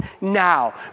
now